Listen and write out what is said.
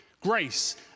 Grace